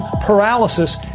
paralysis